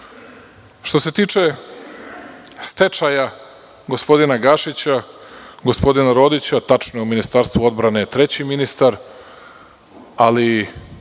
se tiče stečaja gospodina Gašića, gospodina Rodića, tačno je, u Ministarstvu odbrane je treći ministar, ali